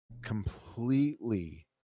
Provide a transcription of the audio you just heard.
completely